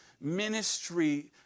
ministry